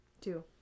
two